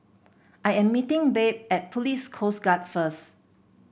I am meeting Babe at Police Coast Guard first